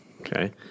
Okay